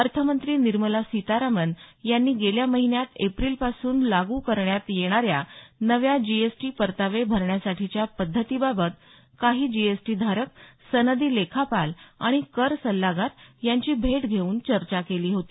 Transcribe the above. अर्थमंत्री निर्मला सितारामन यांनी गेल्या महिन्यात एप्रिलपासून लागू करण्यात येणा या नव्या जी एस टी परतावे भरण्यासाठीच्या पद्धतीबाबत काही जी एस टी धारक सनदी लेखापाल आणि कर सल्लागार यांची भेट घेऊन चर्चा केली होती